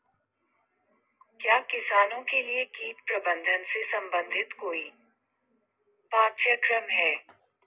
क्या किसानों के लिए कीट प्रबंधन से संबंधित कोई पाठ्यक्रम है?